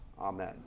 Amen